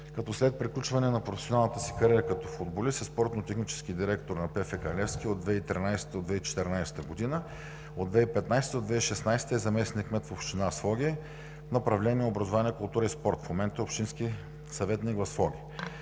като след приключване на професионалната си кариера като футболист е спортно-технически директор на ПФК „Левски“ от 2013-а до 2014 г. От 2015-а до 2016 г. е заместник-кмет в община Своге, направление „Образование, култура и спорт“. В момента е общински съветник в Своге.